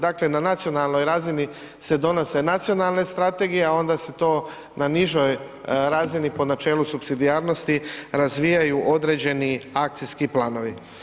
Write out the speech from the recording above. Dakle, na nacionalnoj razini se donose nacionalne strategije, a onda se to na nižoj razini po načelu supsidijarnosti razvijaju određeni akcijski planovi.